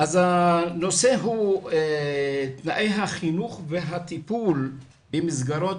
הנושא הוא תנאי החינוך והטיפול במסגרות